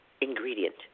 ingredient